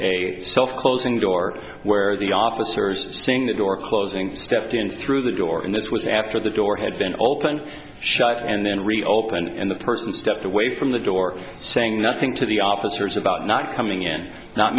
a self closing door where the officers seeing the door closing stepped in through the door and this was after the door had been opened shut and then reopened and the person stepped away from the door saying nothing to the officers about not coming in not